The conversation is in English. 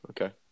Okay